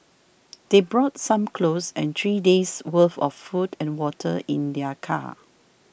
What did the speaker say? they brought some clothes and three days' worth of food and water in their car